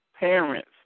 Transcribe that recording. Parents